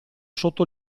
sotto